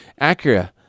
Acura